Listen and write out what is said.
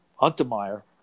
Untermeyer